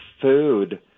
food